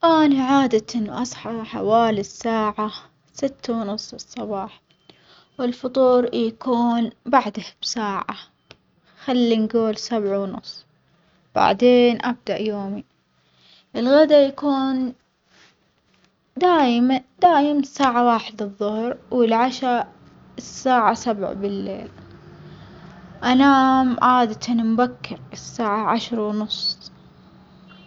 أني عادة أصحى حوالي الساعة ستة ونص الصباح، والفطور يكون بعدها بساعة خلي نجول سبعة ونص وبعدين أبدأ يومي، الغدا يكون دايم دايم الساعة واحدة الظهر والعشا الساعة سبعة بليل، أنام عادة مبكر الساعة عشرة ونص.